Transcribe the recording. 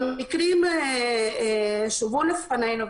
במקרים שהובאו בפנינו,